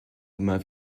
immer